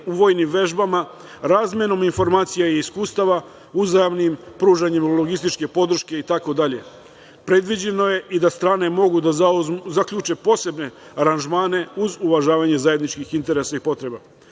u vojnim vežbama, razmenom informacija i iskustava, uzajamnim pružanjem logističke podrške i tako dalje. Predviđeno je da strane mogu da zaključe posebne aranžmane uz uvažavanje zajedničkih interesa i potreba.